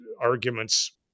arguments